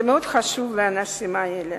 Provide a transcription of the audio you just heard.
זה מאוד חשוב לאנשים האלה.